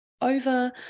over